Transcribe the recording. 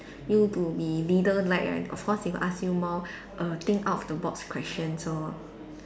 you to be leader like right of course they ask you more err think out of the box question so